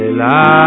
la